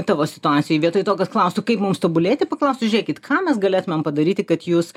tavo situacijoj vietoj to kad klaustų kaip mums tobulėti paklaustų žiūrėkit ką mes galėtumėm padaryti kad jūs